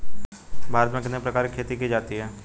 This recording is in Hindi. भारत में कितने प्रकार की खेती की जाती हैं?